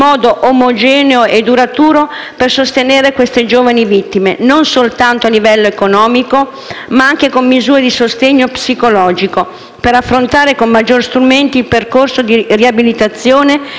per affrontare con maggiori strumenti il percorso di riabilitazione e di uscita dal trauma che si trovano costretti ad affrontare. Non riusciremo mai a riconoscere la gravità delle conseguenze di questi crimini,